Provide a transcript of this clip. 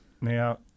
Now